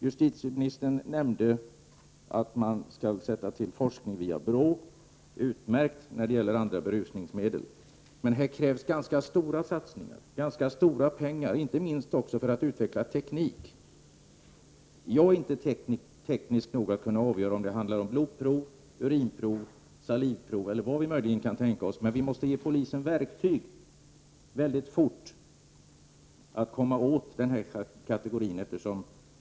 Justitieministern nämnde att man skall bedriva forskning inom BRÅ. Det är utmärkt när det gäller andra berusningsmedel än alkohol. Men det krävs ganska stora satsningar och mycket pengar, inte minst för att utveckla ny teknik. Jag är inte nog tekniskt sinnad för att kunna avgöra om det skall handla om blodprov, urinprov, salivprov eller om vi kan tänka oss något annat. Men vi måste ge polisen verktyg, och det måste ske mycket snabbt. Vi måste komma åt denna kategori.